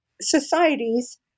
societies